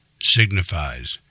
signifies